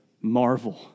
marvel